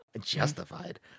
Justified